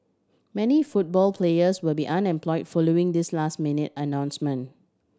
many football players will be unemploy following this last minute announcement